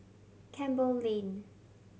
Campbell Lane